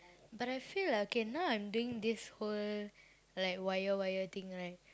but I feel like okay now I'm doing this whole like wire wire thing right